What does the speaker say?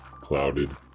clouded